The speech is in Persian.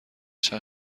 چند